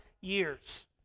years